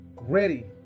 ready